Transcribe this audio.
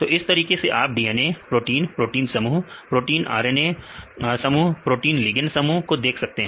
तो इसी तरीके से आप DNA प्रोटीन प्रोटीन समूह प्रोटीन RNA समूह प्रोटीन लिगेंड समूह को देख सकते हैं